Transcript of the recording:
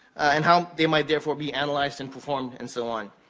and how they might, therefore, be analyzed and performed and so on.